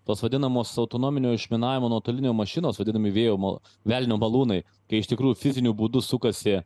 tos vadinamos autonominio išminavimo nuotolinio mašinos vadinami vėjo mal velnio malūnai kai iš tikrųjų fiziniu būdu sukasi